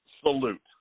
salute